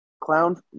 clown